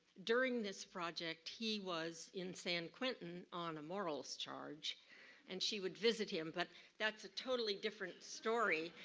during this project he was in san quinton on a morals charge and she would visit him, but that's a totally different story.